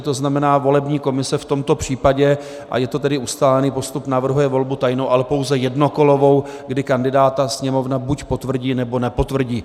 To znamená, volební komise v tomto případě a je to tedy ustálený postup navrhuje volbu tajnou, ale pouze jednokolovou, kdy kandidáta Sněmovna buď potvrdí, nebo nepotvrdí.